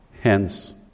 hence